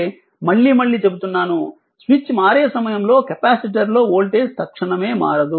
ఎందుకంటే మళ్లీ మళ్లీ చెబుతున్నాను స్విచ్ మారే సమయంలో కెపాసిటర్ లో వోల్టేజ్ తక్షణమే మారదు